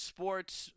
Sports